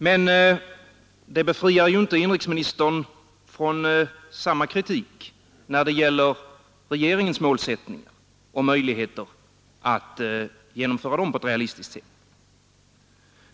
Men det fritager ju inte inrikesministern från samma kritik när det gäller regeringens målsättningar och möjligheter att genomföra dem på ett realistiskt sätt.